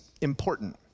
important